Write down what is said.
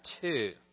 two